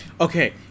Okay